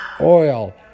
oil